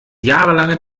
jahrelange